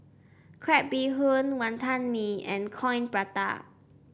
Crab Bee Hoon Wonton Mee and Coin Prata